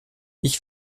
ich